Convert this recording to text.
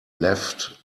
left